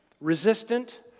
resistant